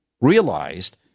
realized